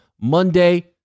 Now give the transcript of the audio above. Monday